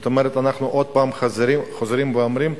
אנחנו עוד פעם חוזרים ואומרים: